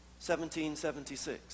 1776